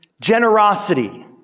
Generosity